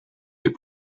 est